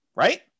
right